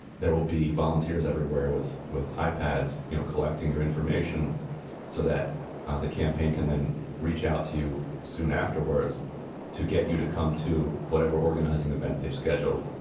there will be volunteers everywhere with with pads, you know, collecting your information so that the campaign can then reach out to you soon afterwards to get you to come to whatever organizing event they've scheduled.